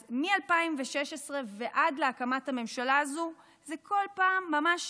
אז מ-2016 ועד להקמת הממשלה הזו זה כל פעם ממש